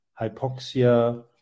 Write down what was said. hypoxia